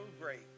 great